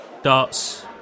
Darts